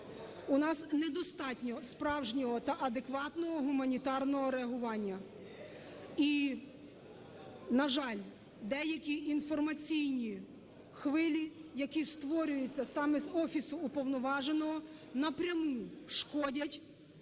У нас недостатньо справжнього та адекватного гуманітарного реагування, і, на жаль, деякі інформаційні хвилі, які створюються саме з офісу Уповноваженого, напряму шкодять,